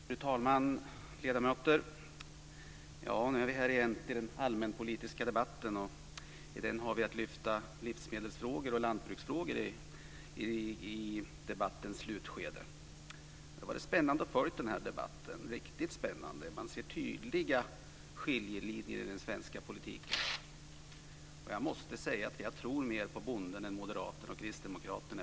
Fru talman! Nu har vi åter en allmänpolitisk debatt. I debattens slutskede ska vi lyfta fram livsmedelsfrågor och lantbruksfrågor. Det har varit riktigt spännande att följa denna debatt. Man ser tydliga skiljelinjer i den svenska politiken. Och jag måste säga att jag efter denna debatt tror mer på bonden än moderaterna och kristdemokraterna.